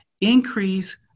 increase